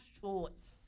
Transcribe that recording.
shorts